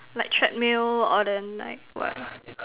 like treadmill or then like what